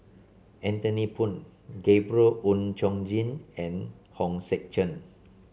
Anthony Poon Gabriel Oon Chong Jin and Hong Sek Chern